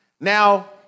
Now